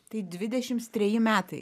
tai dvidešims treji metai